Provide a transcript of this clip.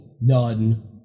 none